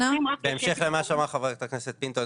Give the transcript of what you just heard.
בהמשך למה שאמרה חברת הכנסת פינטו,